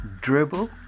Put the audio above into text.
Dribble